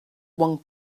one